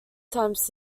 times